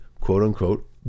quote-unquote